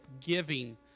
giving